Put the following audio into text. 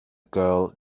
girl